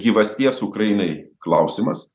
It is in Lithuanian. gyvasties ukrainai klausimas